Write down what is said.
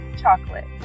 chocolate